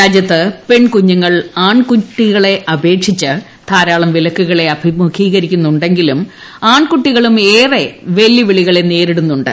രാജ്യത്ത് പെൺകുഞ്ഞുങ്ങൾ ആൺകുട്ടികളെ അപേക്ഷിച്ച് ധാരാളം വിലക്കുകളെ അഭിമുഖീകരിക്കുന്നുണ്ടെങ്കിലും ആൺകുട്ടികളും ഏറെ വെല്ലുവിളികളെ നേരിടുന്നുണ്ട്